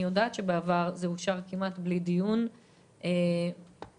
אני יודעת שבעבר הדברים אושרו ללא דיון אבל לא כך כעת.